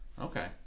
Okay